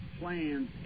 plans